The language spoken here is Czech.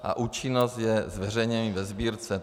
A účinnost je zveřejněním ve Sbírce.